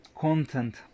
content